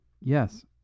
Yes